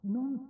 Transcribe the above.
Non